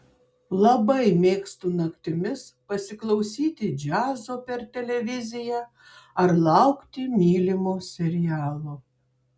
labai mėgstu naktimis pasiklausyti džiazo per televiziją ar laukti mylimo serialo